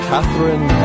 Catherine